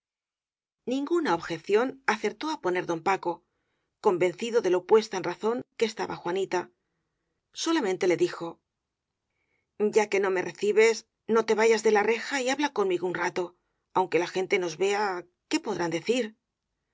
ninguna objeción acertó á poner don paco con vencido de lo puesta en razón que estaba juanita solamente le dijo y a que no me recibes no te vayas de la reja y habla conmigo un rato aunque la gente nos vea qué podrán decir